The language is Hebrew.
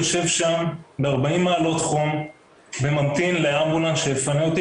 יושב שם ב-40 מעלות חום וממתין לאמבולנס שייפנה אותי,